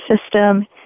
system